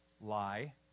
lie